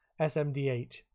SMDH